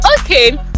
okay